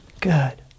Good